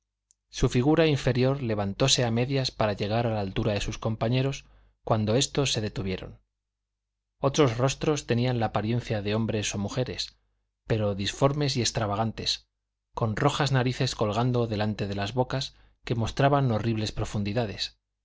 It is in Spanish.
su figura inferior levantóse a medias para llegar a la altura de sus compañeros cuando éstos se detuvieron otros rostros tenían la apariencia de hombres o mujeres pero disformes y extravagantes con rojas narices colgando delante de las bocas que mostraban horribles profundidades